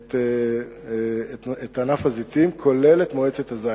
את ענף הזיתים, כולל את מועצת הזית.